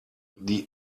die